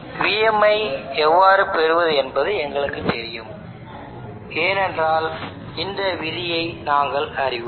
Vm ஐ எவ்வாறு பெறுவது என்பது எங்களுக்குத் தெரியும் ஏனென்றால் இந்த விதியை நாங்கள் அறிவோம்